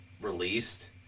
released